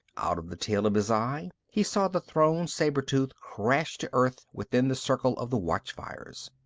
out of the tail of his eye, he saw the thrown saber-tooth crash to earth within the circle of the watchfires.